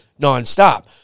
nonstop